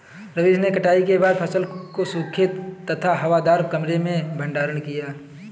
रवीश ने कटाई के बाद फसल को सूखे तथा हवादार कमरे में भंडारण किया